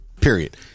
period